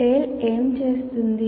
TALE ఏమి చేస్తుంది